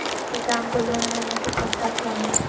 किसान को लोन लेने की पत्रा क्या है?